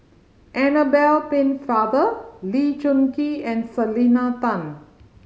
Annabel Pennefather Lee Choon Kee and Selena Tan